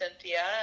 Cynthia